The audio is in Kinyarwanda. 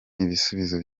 n’ibisubizo